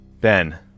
Ben